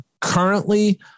currently